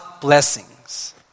blessings